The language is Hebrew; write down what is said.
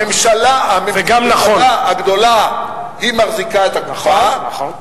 שהממשלה הגדולה מחזיקה את הקופה, נכון, נכון.